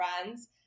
friends